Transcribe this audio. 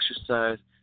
exercise